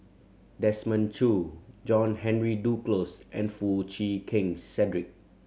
Desmond Choo John Henry Duclos and Foo Chee Keng Cedric